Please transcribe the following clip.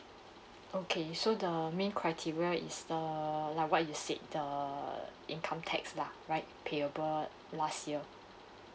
okay so the main criteria is err like what you said the income tax lah right payable last year